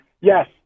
Yes